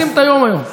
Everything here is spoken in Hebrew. מקצרים את היום היום.